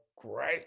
great